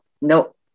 no